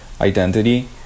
identity